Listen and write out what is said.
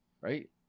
Right